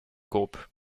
groupe